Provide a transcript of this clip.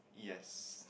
yes